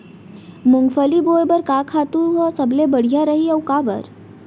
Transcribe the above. मूंगफली बोए बर का खातू ह सबले बढ़िया रही, अऊ काबर?